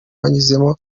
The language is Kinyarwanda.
banyuzemo